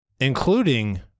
Including